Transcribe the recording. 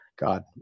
God